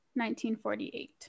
1948